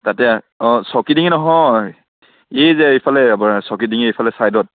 তাতে অ' চকিডিঙ্গি নহয় এই যে এইফালে চকিডিঙ্গি এইফালে ছাইদত